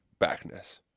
backness